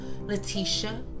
Letitia